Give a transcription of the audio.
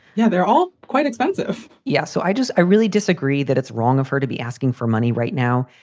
yeah, they're all quite expensive. yeah. so i just i really disagree that it's wrong of her to be asking for money right now.